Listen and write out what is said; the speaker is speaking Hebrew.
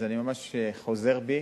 אז אני ממש חוזר בי,